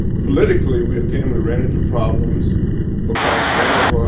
politically we again we ran into problems because one of,